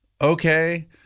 Okay